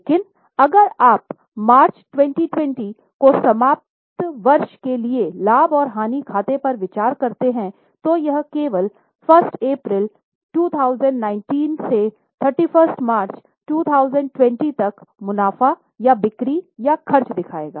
लेकिन अगर आप मार्च 2020 को समाप्त वर्ष के लिए लाभ और हानि खाते पर विचार करते हैं तो यह केवल 1 अप्रैल 19 से 31 मार्च 2020 तक मुनाफ़ा या बिक्री या खर्च दिखायेगा